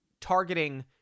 ...targeting